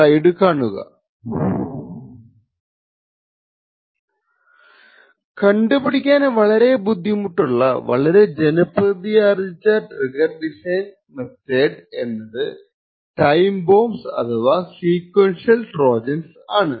slide കാണുക സമയം 1230 കണ്ടുപിടിക്കാൻ വളരെ ബുദ്ധിമുട്ടുള്ള വളരെ ജനപ്രീതിയാർജ്ജിച്ച ട്രിഗ്ഗർ ഡിസൈൻ മെത്തഡ് എന്നത് ടൈം ബോംബ്സ് അഥവാ സീക്വൻഷ്യൽ ട്രോജൻസ് ആണ്